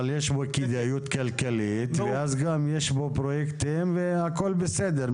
אבל יש בו כדאיות כלכלית ואז גם יש בו פרויקטים והכל בסדר,